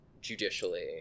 judicially